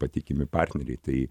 patikimi partneriai tai